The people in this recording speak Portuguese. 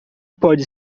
pode